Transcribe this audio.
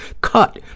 cut